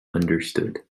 understood